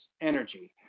energy